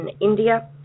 india